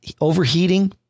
overheating